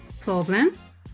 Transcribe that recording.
problems